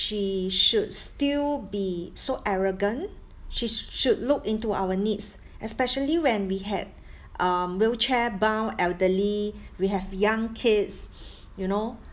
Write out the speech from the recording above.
she should still be so arrogant she should look into our needs especially when we had um wheelchair bound elderly we have young kids you know